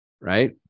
right